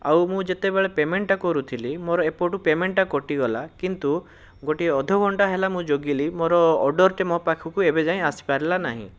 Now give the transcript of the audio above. ଆଉ ମୁଁ ଯେତେବେଳେ ପେମେଣ୍ଟଟା କରୁଥିଲି ମୋର ଏପଟୁ ପେମେଣ୍ଟଟା କଟିଗଲା କିନ୍ତୁ ଗୋଟିଏ ଅଧଘଣ୍ଟା ହେଲା ମୁଁ ଜଗିଲି ମୋର ଅର୍ଡ଼ରଟା ମୋ ପାଖକୁ ଏତେ ଯାଏଁ ଆସିପାରିଲା ନାହିଁ